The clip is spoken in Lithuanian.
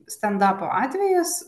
stendapo atvejis